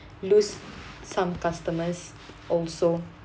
lose some customers also